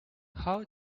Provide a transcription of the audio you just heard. how